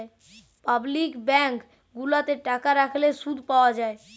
public bank গুলাতে টাকা রাখলে শুধ পাওয়া যায়